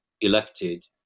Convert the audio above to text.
elected